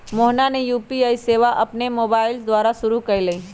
मोहना ने यू.पी.आई सेवा अपन मोबाइल द्वारा शुरू कई लय